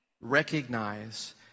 recognize